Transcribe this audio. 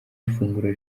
ifunguro